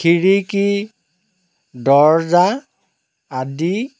খিৰিকি দৰ্জা আদি